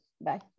Bye